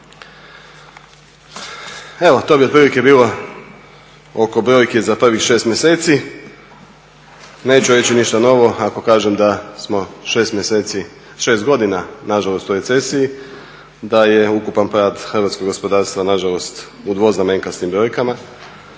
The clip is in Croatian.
Evo to bi otprilike bilo oko brojki za prvih 6 mjeseci. Neću reći ništa novo. Ako kažem da smo 6 mjeseci, 6 godina na žalost u recesiji da je ukupan pad hrvatskog gospodarstva na žalost u dvoznamenkastim brojkama,